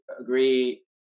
agree